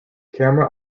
camera